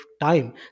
time